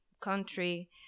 country